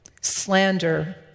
Slander